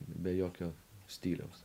be jokio stiliaus